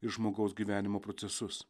ir žmogaus gyvenimo procesus